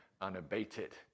Unabated